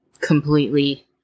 completely